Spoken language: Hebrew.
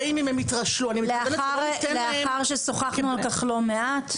לאחר ששוחנו על כך לא מעט,